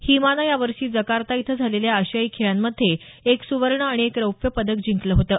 हीमानं यावर्षी जकार्ता इथं झालेल्या आशियाई खेळांमध्ये एक सुवर्ण आणि एक रौप्य पदक जिंकलं होतं